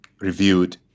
reviewed